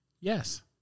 Yes